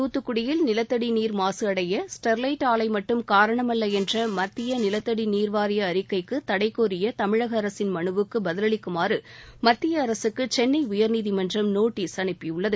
தூத்துக்குடியில் நிலத்தடி நீர் மாசு அடைய ஸ்டெர்லைட் ஆலை மட்டும் காரணமல்ல என்ற மத்திய நிலத்தடி நீர் வாரிய அறிக்கைக்கு தடை கோரிய தமிழக அரசின் மனுவுக்கு பதிலளிக்குமாறு மத்திய அரசுக்கு சென்னை உயர்நீதிமன்றம் நோட்டீஸ் அனுப்பியுள்ளது